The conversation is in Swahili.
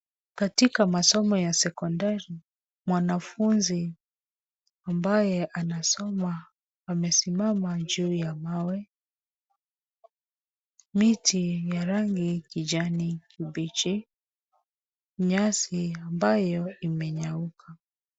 Katika masomo ya sekondari, mwanafunzi ambaye anasoma amesimama juu ya mawe. Miti ya rangi kijani kibichi. Nyasi ambayo imenyauka.